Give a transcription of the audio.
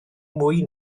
mwy